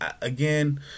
again